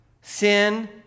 sin